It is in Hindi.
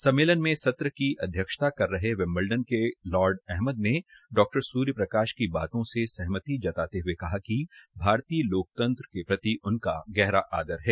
सम्मेलन में सत्र की अध्यक्षता कर रहे विम्बलडन के लार्ड अहमद ने डॉ सूर्य प्रकाश की बातों से सहमति जताते हुए कहा कि भारतीय लोकतंत्र के प्रति उनका गहरा आदर है